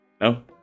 No